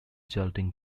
resulting